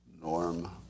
Norm